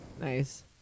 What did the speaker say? Nice